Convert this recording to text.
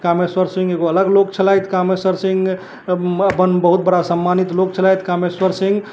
कामेश्वर सिंह एगो अलग लोक छलथि कामेश्वर सिंह अपन बहुत बड़ा सम्मानित लोक छलथि कामेश्वर सिंह